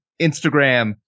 instagram